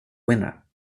winner